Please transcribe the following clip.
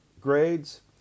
grades